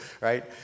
right